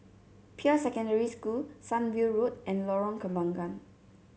Peirce Secondary School Sunview Road and Lorong Kembangan